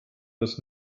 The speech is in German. das